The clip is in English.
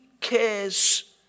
cares